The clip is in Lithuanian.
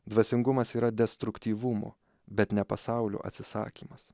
dvasingumas yra destruktyvumo bet ne pasaulio atsisakymas